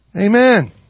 Amen